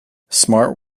smart